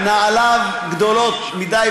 נעליו גדולות מדי,